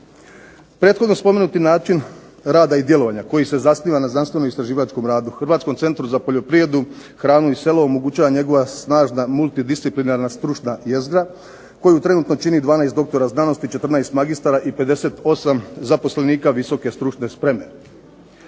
Prethodno spomenuti način rada i djelovanja koji se zasniva na znanstveno-istraživačkom radu Hrvatskom centru za poljoprivredu, hranu i selo omogućava njegova snažna multidisciplinarna stručna jezgra, koju trenutno čini 12 doktora znanosti, 14 magistara i 58 zaposlenika visoke stručne spreme.